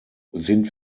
sind